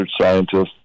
scientist